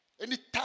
Anytime